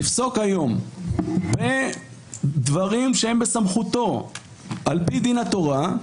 יפסוק היום דברים שהם בסמכותו על פי דין התורה,